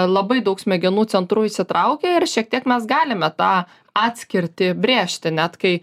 labai daug smegenų centrų įsitraukia ir šiek tiek mes galime tą atskirtį brėžti net kai